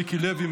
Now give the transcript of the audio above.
מיקי לוי,